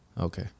okay